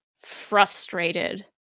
frustrated